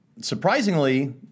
Surprisingly